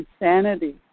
insanity